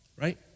Right